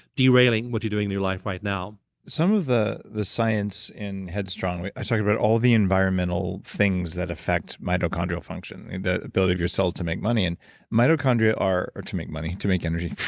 derailing what you're doing in your life right now some of the the science in head strong, i talk about all the environmental things that affect mitochondrial function, the ability of your cells to make money. and mitochondria are. to make money, to make energy.